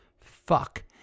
fuck